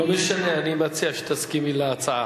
לא משנה, אני מציע שתסכימי להצעה.